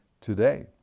today